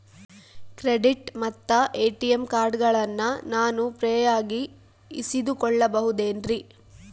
Credit ಮತ್ತ ATM ಕಾರ್ಡಗಳನ್ನ ನಾನು ಫ್ರೇಯಾಗಿ ಇಸಿದುಕೊಳ್ಳಬಹುದೇನ್ರಿ?